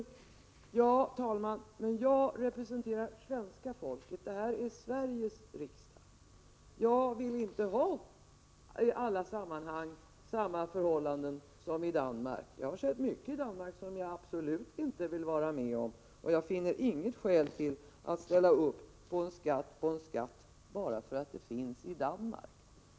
Ja, herr talman, men jag representerar svenska folket — det här är Sveriges riksdag. Jag vill inte i alla sammanhang ha samma förhållanden som i Danmark. Jag har sett mycket i Danmark som jag absolut inte vill vara med om, och jag finner inget skäl till att ställa upp på en skatt på en skatt, bara därför att en sådan finns i Danmark.